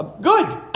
Good